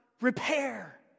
repair